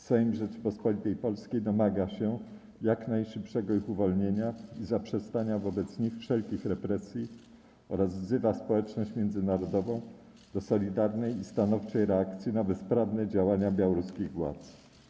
Sejm Rzeczypospolitej Polskiej domaga się jak najszybszego ich uwolnienia i zaprzestania wobec nich wszelkich represji oraz wzywa społeczność międzynarodową do solidarnej i stanowczej reakcji na bezprawne działania białoruskich władz”